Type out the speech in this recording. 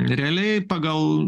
realiai pagal